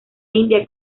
india